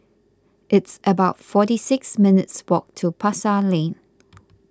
it's about forty six minutes' walk to Pasar Lane